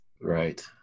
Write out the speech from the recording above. Right